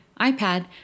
iPad